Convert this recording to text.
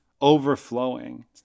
overflowing